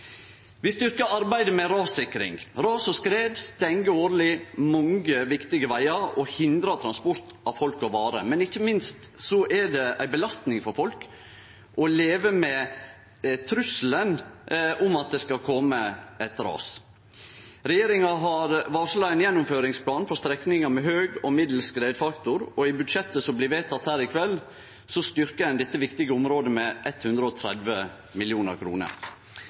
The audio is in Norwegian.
Vi styrkjer arbeidet med rassikring. Ras og skred stengjer årleg mange viktige vegar og hindrar transport av folk og varer. Ikkje minst er det ei belastning for folk å leve med trusselen om at det kan kome eit ras. Regjeringa har varsla ein gjennomføringsplan for strekningar med høg og middels skredfaktor, og i budsjettet som blir vedteke her i kveld, styrkjer ein dette viktige området med 130